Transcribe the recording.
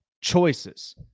choices